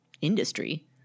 industry